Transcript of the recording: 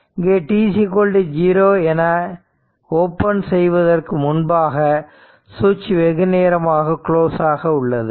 இங்கே t0 என open செய்வதற்கு முன்பாக சுவிட்ச் வெகுநேரமாக க்ளோஸ் ஆக உள்ளது